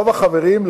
רוב החברים,